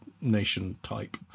nation-type